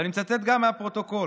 ואני מצטט גם מהפרוטוקול,